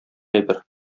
әйбер